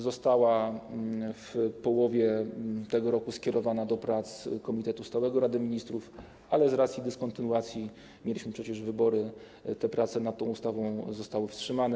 Została w połowie tego roku skierowana do prac komitetu stałego Rady Ministrów, ale z racji dyskontynuacji - mieliśmy przecież wybory - prace nad tą ustawą zostały wstrzymane.